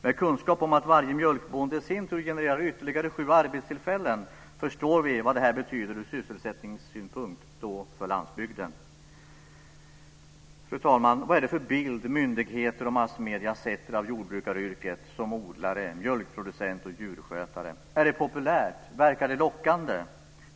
Med kunskap om att varje mjölkbonde i sin tur genererar ytterligare sju arbetstillfällen förstår vi vad detta betyder ur sysselsättningssynpunkt för landsbygden. Fru talman! Vad är det för bild myndigheter och massmedier ger av jordbrukaryrket som odlare, mjölkproducent och djurskötare? Är det populärt? Verkar det lockande?